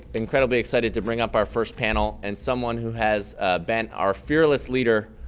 incredibly excited to bring up our first panel and someone who has been our fearless leader